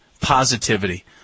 positivity